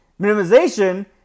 Minimization